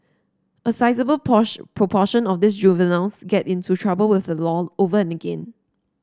a sizeable posh proportion of these juveniles get into trouble with a law over and again